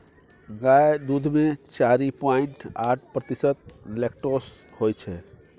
गाय दुध मे चारि पांइट आठ प्रतिशत लेक्टोज होइ छै